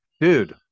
dude